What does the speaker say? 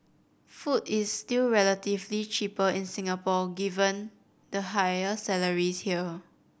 food is still relatively cheaper in Singapore given the higher salaries here